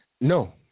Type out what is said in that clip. No